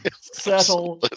settle